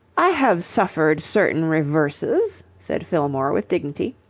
i have suffered certain reverses, said fillmore, with dignity,